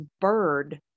bird